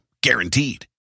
guaranteed